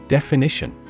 Definition